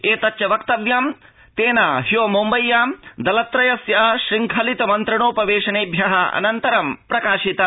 एतच्च वक्तव्यं तेन ह्यो मुम्बय्यां दल त्रयस्य शृंखलित मन्त्रणोप वेशनेभ्यः अनन्तरं प्रकाशितम्